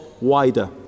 wider